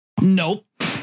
nope